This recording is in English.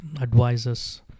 advisors